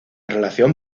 relación